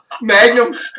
Magnum